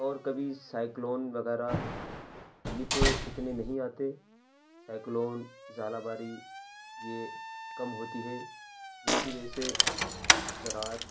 اور کبھی سائیکلون وغیرہ یہ تو اتنے نہیں آتے سائیکلون ژالہ باری یہ کم ہوتی ہے جس کی وجہ سے زراعت